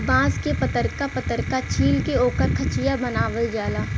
बांस के पतरका पतरका छील के ओकर खचिया बनावल जाला